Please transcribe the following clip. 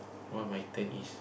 one of my tank is